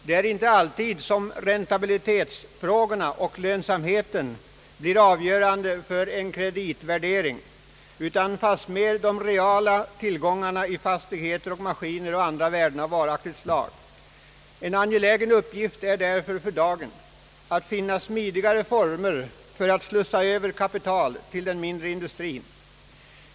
Det är inte alltid som räntabilitetsfrågorna eller lönsamheten blir avgörande vid bedömningen av kreditvärdet utan fastmer de reala tillgångarna i fastigheter och andra värden av varaktigt slag. En angelägen uppgift är därför för dagen att finna smidigare former för att slussa över kapital till den mindre industrin.